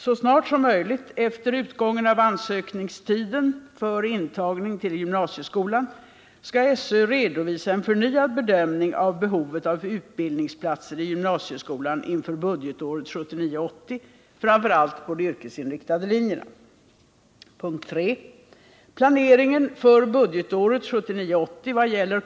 Så snart som möjligt efter utgången av ansökningstiden för intagning till gymnasieskolan skall SÖ redovisa en förnyad bedömning av behovet av utbildningsplatser i gymnasieskolan inför budgetåret 1979/80. framför allt på de yrkesinriktade linjerna.